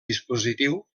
dispositiu